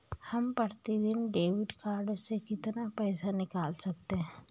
हम प्रतिदिन debit card से कितना पैसा निकाल सकते हैं?